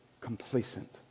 complacent